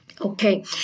Okay